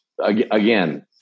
again